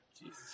Jesus